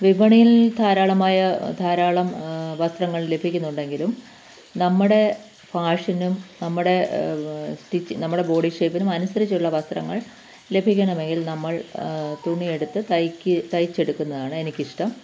വിപണിയിൽ ധാരാളമായ ധാരാളം വസ്ത്രങ്ങൾ ലഭിക്കുന്നുണ്ടെങ്കിലും നമ്മുടെ ഫാഷനും നമ്മുടെ സ്റ്റിച്ച് നമ്മുടെ ബോഡീ ഷേയ്പ്പിനും അനുസരിച്ചുള്ള വസ്ത്രങ്ങൾ ലഭിക്കണമെങ്കിൽ നമ്മൾ തുണിയെടുത്ത് തയ്ക്ക് തയ്ച്ചെടുക്കുന്നതാണെനിക്കിഷ്ടം